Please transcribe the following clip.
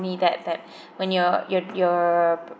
only that that when you're you're you're